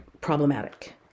problematic